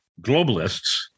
globalists